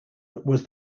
was